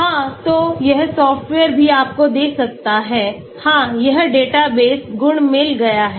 हाँ तो यह सॉफ्टवेयर भी आपको दे सकता है हाँ यह डेटाबेस गुण मिल गया है